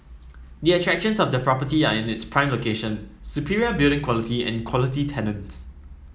the attractions of the property are its prime location superior building quality and quality tenants